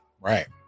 Right